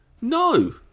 No